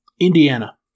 Indiana